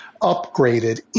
upgraded